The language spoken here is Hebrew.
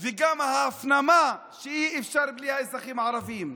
וגם ההפנמה שאי-אפשר בלי האזרחים הערבים.